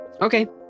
Okay